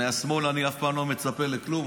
מהשמאל אני אף פעם לא מצפה לכלום,